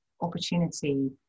opportunity